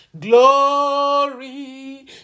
Glory